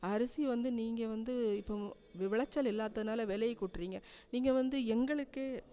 அரிசி வந்து நீங்கள் வந்து இப்போது வி விளைச்சல் இல்லாததுனால விலைய கூட்டுறிங்க நீங்கள் வந்து எங்களுக்கே